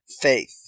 faith